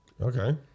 Okay